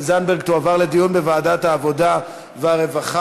זנדברג תועבר לדיון בוועדת העבודה והרווחה.